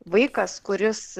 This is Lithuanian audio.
vaikas kuris